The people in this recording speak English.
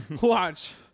Watch